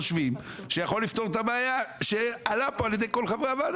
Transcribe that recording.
אנחנו לא חושבים שהשוק לא ידע לתמחר נכון את הדבר הזה,